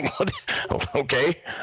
Okay